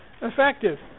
effective